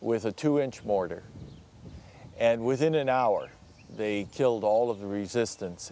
with a two inch mortar and within an hour they killed all of the resistance